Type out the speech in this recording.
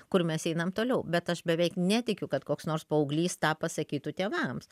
kur mes einam toliau bet aš beveik netikiu kad koks nors paauglys tą pasakytų tėvams